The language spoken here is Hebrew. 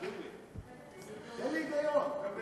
תסביר לי, תן לי היגיון.